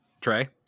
Trey